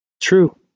True